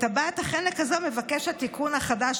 את טבעת החנק הזאת מבקש התיקון החדש